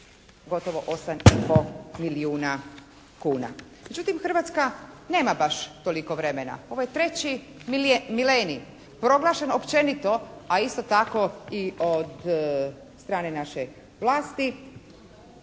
gotovo 8 i po milijuna kuna. Međutim, Hrvatska nema baš toliko vremena. Ovo je 3. milenij proglašen općenito, a isto tako i od strane naše vlasti